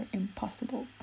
impossible